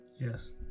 yes